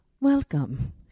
welcome